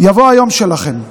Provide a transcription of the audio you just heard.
יבוא היום שלכם.